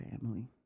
family